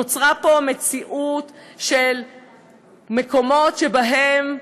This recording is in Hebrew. נוצרה פה מציאות של מקומות שבהם יכולה,